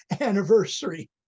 anniversary